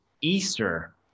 Easter